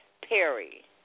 Perry